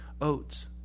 oats